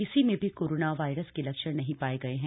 किसी में भी कोरोना वायरस के लक्षण नहीं पाए गए है